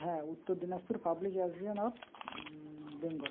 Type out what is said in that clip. হ্যাঁ Uttar Dinajpur public association of Bengal